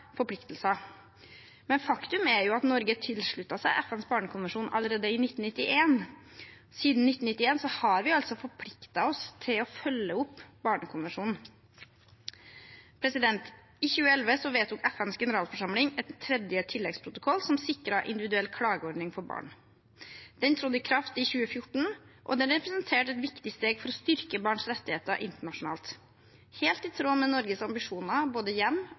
forpliktelser. Men faktum er at Norge tilsluttet seg FNs barnekonvensjon allerede i 1991. Siden 1991 har vi altså forpliktet oss til å følge opp barnekonvensjonen. I 2011 vedtok FNs generalforsamling en tredje tilleggsprotokoll, som sikret individuell klageordning for barn. Den trådte i kraft i 2014, og den representerte et viktig steg for å styrke barns rettigheter internasjonalt, helt i tråd med Norges ambisjoner både